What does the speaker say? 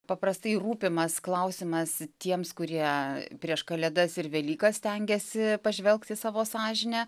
paprastai rūpimas klausimas tiems kurie prieš kalėdas ir velykas stengiasi pažvelgt į savo sąžinę